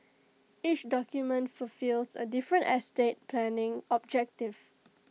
each document fulfils A different estate planning objective